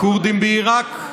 הכורדים בעיראק,